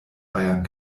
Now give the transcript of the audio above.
bayern